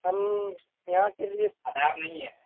ہم یہاں کے لیے